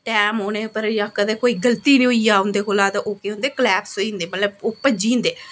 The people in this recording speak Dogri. टैम औने पर जां कदें कोई गल्ती होई जा उंदे कोला तां ओह् केह् होंदे कलैप्स होई जंदे मतलब ओह् भज्जी जंदे